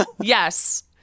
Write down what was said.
yes